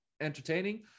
entertaining